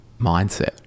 Mindset